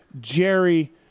Jerry